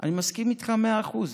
אני מסכים איתך במאה אחוז.